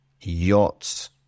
Yachts